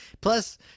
Plus